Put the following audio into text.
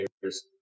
players